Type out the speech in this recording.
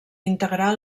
integrar